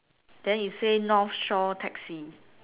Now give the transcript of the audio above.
then it say north shore taxi